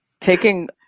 taking